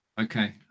Okay